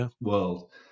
world